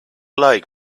like